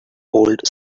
old